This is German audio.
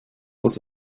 das